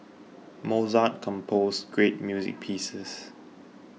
Mozart composed great music pieces